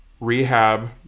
rehab